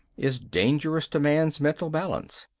is dangerous to man's mental balance.